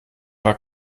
war